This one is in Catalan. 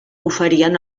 oferien